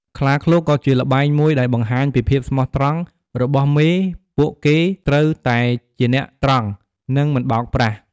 ខ្លាឃ្លោកក៏ជាល្បែងមួយដែលបង្ហាញពីភាពស្មោះត្រង់របស់មេពួកគេត្រូវតែជាអ្នកត្រង់ និងមិនបោកប្រាស់។